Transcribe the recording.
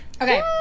Okay